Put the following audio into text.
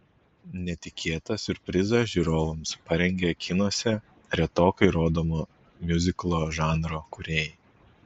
netikėtą siurprizą žiūrovams parengė kinuose retokai rodomo miuziklo žanro kūrėjai